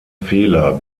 fehler